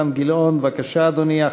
חבר הכנסת אילן גילאון, בבקשה, אדוני.